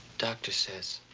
doctor says.